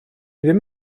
ddim